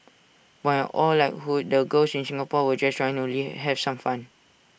while all likelihood the girls in Singapore were just trying to have some fun